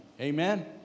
Amen